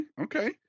okay